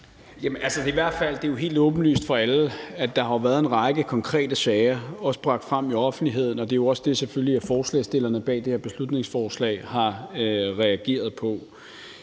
fald helt åbenlyst for alle, at der har været en række konkrete sager, også bragt frem i offentligheden, og det er selvfølgelig også det, som forslagsstillerne bag det her beslutningsforslag har reageret på.